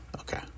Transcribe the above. Okay